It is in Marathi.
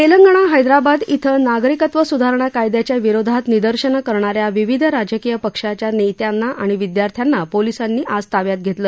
तस्रंगणा हैदराबाद इथं नागरिकत्व स्धारणा कायद्याच्या विरोधात निदर्शनं करणा या विविध राजकीय पक्षांच्या नप्यांना आणि विदयार्थ्यांना पोलिसांनी आज ताब्यात घप्रलं